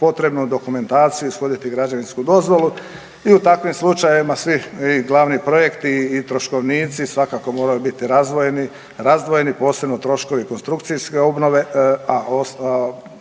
potrebnu dokumentaciju, ishoditi građevinsku dozvolu i u takvim slučajevima svi i glavni projekti i troškovnici svakako moraju biti razdvojeni posebno troškovi konstrukcijske obnove, a